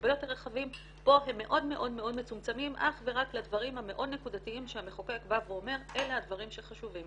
כבר אמרנו בדיונים קודמים שההערה הזאת באופן כללי נלקחה בחשבון